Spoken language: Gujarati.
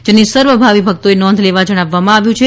જેની સર્વ ભાવિ ભક્તો એ નોંધ લેવા જણાવ્વામાં આવ્યું છે